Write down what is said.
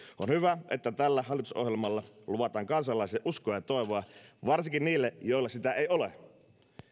on hyvä että tällä hallitusohjelmalla luvataan kansalaisille uskoa ja toivoa varsinkin niille joilla sitä ei ole